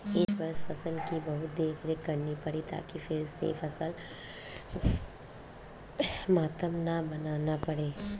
इस वर्ष फसल की बहुत देखरेख करनी पड़ी ताकि फिर से फसल मातम न मनाना पड़े